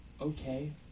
okay